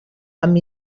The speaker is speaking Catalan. amb